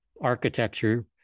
architecture